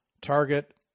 Target